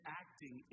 acting